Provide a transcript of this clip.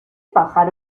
pájaro